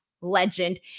legend